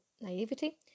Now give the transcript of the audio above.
naivety